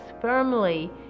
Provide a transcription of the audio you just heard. firmly